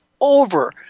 over